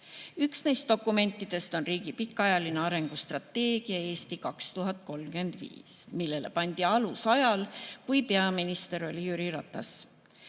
Üks neist dokumentidest on riigi pikaajaline arengustrateegia "Eesti 2035", millele pandi alus ajal, kui peaminister oli Jüri Ratas.